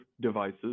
devices